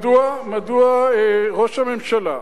מדוע ראש הממשלה,